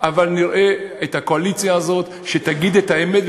אבל נראה את הקואליציה הזאת אומרת את האמת,